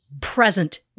Present